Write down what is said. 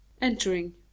Entering